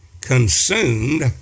consumed